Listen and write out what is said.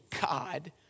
God